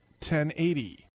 1080